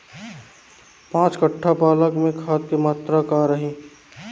पाँच कट्ठा पालक में खाद के मात्रा का रही?